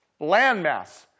landmass